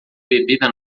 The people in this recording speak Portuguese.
bebida